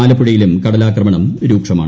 ആലപ്പുഴയിലും കടലാക്രമണം രൂക്ഷമാണ്